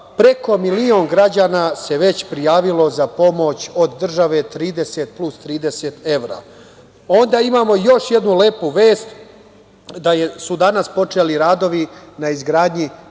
preko milion građana već prijavilo za pomoć od države 30 plus 30 evra. Onda imamo još jednu lepu vest, da su danas počeli radovi na izgradnji